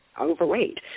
overweight